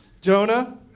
Jonah